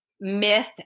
myth